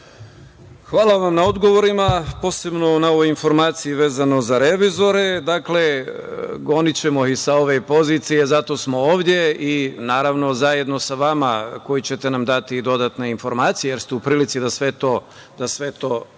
Hvala vam na odgovorima, posebno na ovoj informaciji vezano za revizore. Dakle, gonićemo ih sa ove pozicije, zato smo ovde, naravno, zajedno sa vama koji ćete nam dati i dodatne informacije, jer ste u prilici da sve to pratite,